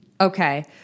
okay